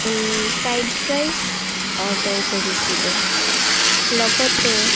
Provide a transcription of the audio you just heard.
fried rice order কৰিছিলোঁ লগতে